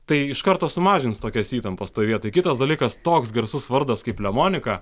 tai iš karto sumažins tokias įtampas toj vietoj kitas dalykas toks garsus vardas kaip lemonika